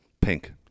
Pink